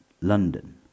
London